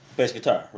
bass guitar,